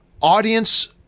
audience